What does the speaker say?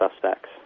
suspects